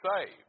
saved